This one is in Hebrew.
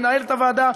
מנהלת הוועדה.